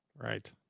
Right